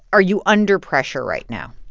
are you under pressure right now?